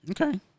Okay